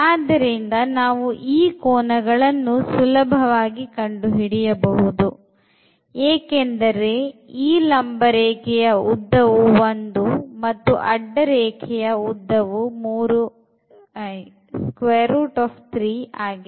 ಆಗ ನಾವು ಈ ಕೋನಗಳನ್ನು ಸುಲಭವಾಗಿ ಕಂಡು ಹಿಡಿಯಬಹುದು ಏಕೆಂದರೆ ಈ ಲಂಬ ರೇಖೆಯ ಉದ್ದವು1 ಮತ್ತು ಅಡ್ಡ ರೇಖೆಯ ಉದ್ದವು ಆಗಿದೆ